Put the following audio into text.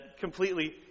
completely